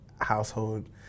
household